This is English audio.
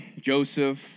Joseph